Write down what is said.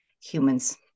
humans